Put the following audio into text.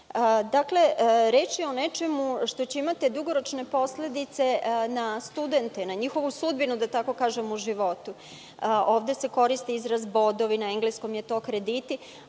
prihoda. Reč je o nečemu što će imati dugoročne posledice na studente, na njihovu sudbinu u životu. Ovde se koristi izraz bodovi, a na engleskom su to krediti,